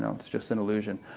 it's just an illusion.